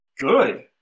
good